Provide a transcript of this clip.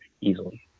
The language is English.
easily